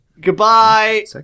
Goodbye